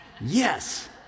Yes